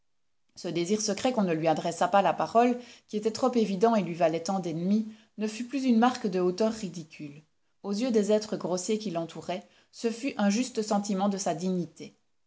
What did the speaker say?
ce désir secret qu'on ne lui adressât pas la parole qui était trop évident et lui valait tant d'ennemis ne fut plus une marque de hauteur ridicule aux yeux des êtres grossiers qui l'entouraient ce fut un juste sentiment de sa dignité